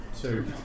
two